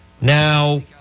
Now